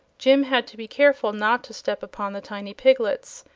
jim had to be careful not to step upon the tiny piglets,